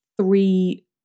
three